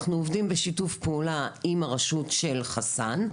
אנחנו עובדים בשיתוף פעולה עם הרשות של חסאן.